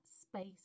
space